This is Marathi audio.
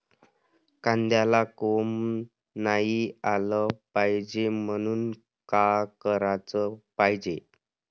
कांद्याला कोंब नाई आलं पायजे म्हनून का कराच पायजे?